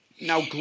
Now